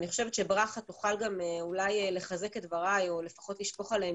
ברכה תוכל לחזק את דבריי או לפחות לשפוך עליהם